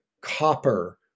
copper